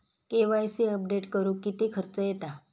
KYC update करुक किती खर्च येता?